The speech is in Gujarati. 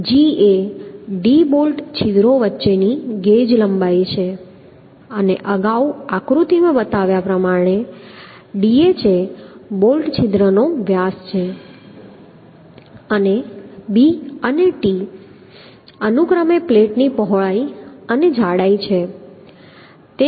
g એ d બોલ્ટ છિદ્રો વચ્ચેની ગેજ લંબાઈ છે અને અગાઉ આકૃતિમાં બતાવ્યા પ્રમાણે dh એ બોલ્ટ છિદ્રનો વ્યાસ છે અને b અને t અનુક્રમે પ્લેટની પહોળાઈ અને જાડાઈ છે